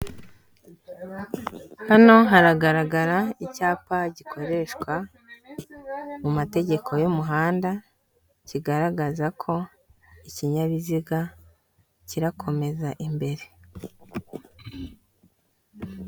Hano haragaragara icyapa gikoreshwa mu mategeko y'umuhanda, kigaragaza ko ikinyabiziga kirakomeza imbere.